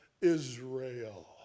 Israel